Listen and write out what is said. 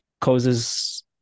causes